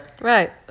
Right